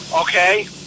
okay